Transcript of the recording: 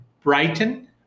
Brighton